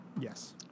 Yes